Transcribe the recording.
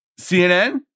CNN